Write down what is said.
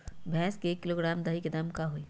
भैस के एक किलोग्राम दही के दाम का होई?